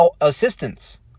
assistance